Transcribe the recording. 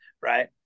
right